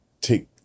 take